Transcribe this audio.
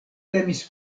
temis